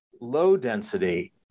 low-density